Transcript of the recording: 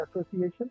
Association